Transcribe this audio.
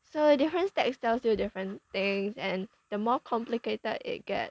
so different stack tells you different things and the more complicated it get